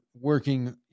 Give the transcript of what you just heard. working